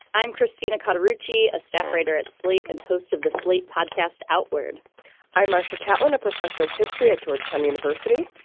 i'm christine accardo ritchie, a staff writer at slate and host of the slate podcast outward i'm marcia chatillon, a professor of history at georgetown university.